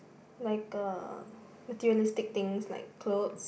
like a materialistic things like clothes